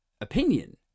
opinion